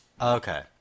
Okay